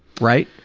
right?